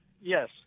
Yes